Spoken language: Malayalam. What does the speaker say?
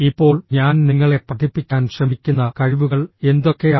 ഇപ്പോൾ ഞാൻ നിങ്ങളെ പഠിപ്പിക്കാൻ ശ്രമിക്കുന്ന കഴിവുകൾ എന്തൊക്കെയാണ്